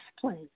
please